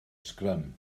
sgrym